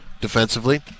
defensively